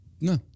no